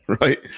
right